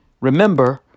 Remember